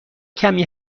کمی